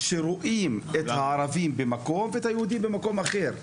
שרואים את הערבים במקום ואת היהודים במקום אחר.